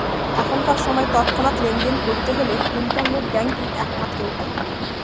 এখনকার সময় তৎক্ষণাৎ লেনদেন করতে হলে ইন্টারনেট ব্যাঙ্কই এক মাত্র উপায়